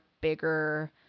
bigger